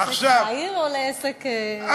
לעסק זעיר או לעסק, ?